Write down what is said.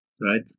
right